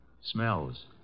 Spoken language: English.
smells